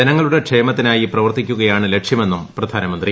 ജനങ്ങളുടെ ക്ഷേമത്തിനായി പ്രവർത്തിക്കുകയാണ് ലക്ഷ്യമെന്നും പ്രധാനമന്ത്രി